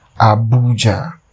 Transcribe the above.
Abuja